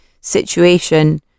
situation